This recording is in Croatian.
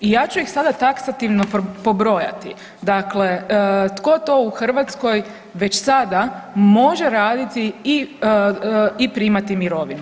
I ja ću ih sada taksativno pobrojati, dakle tko to u Hrvatskoj već sada može raditi i primati mirovinu.